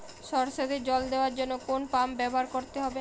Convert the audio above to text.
সরষেতে জল দেওয়ার জন্য কোন পাম্প ব্যবহার করতে হবে?